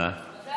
עושים קואליציה.